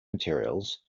materials